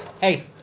hey